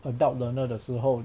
adult learner 的时候